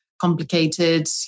complicated